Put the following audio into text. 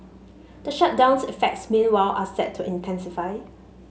the shutdown's effects meanwhile are set to intensify